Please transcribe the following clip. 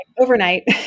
Overnight